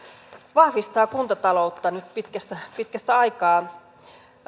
vahvistaa kuntataloutta nyt pitkästä pitkästä aikaa